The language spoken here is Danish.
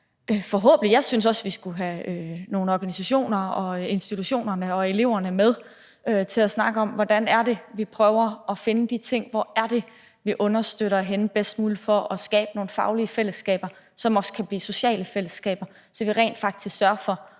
til dialog. Jeg synes også, vi skulle have nogle organisationer og institutioner og elever med til at snakke om, hvordan det er, vi prøver at finde de ting, og hvorhenne det er, vi bedst muligt understøtter for at skabe nogle faglige fællesskaber, som også kan blive sociale fællesskaber – så vi rent faktisk sørger for